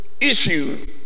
issue